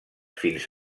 fins